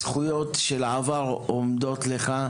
הזכויות של העבר עומדות לך,